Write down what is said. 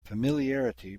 familiarity